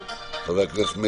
חבר הכנסת אלי אבידר,